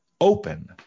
open